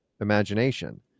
imagination